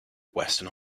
western